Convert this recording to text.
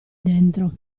dentro